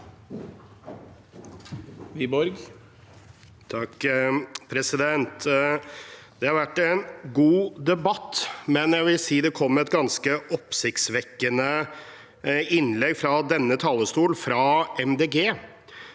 Det har vært en god debatt, men jeg vil si at det kom et ganske oppsiktsvekkende innlegg fra denne talerstol fra